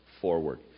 forward